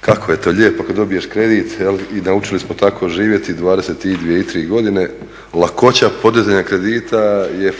Kako je to lijepo kad dobiješ kredit i naučili smo tako živjeti 22, 23 godine. Lakoća podizanja kredita je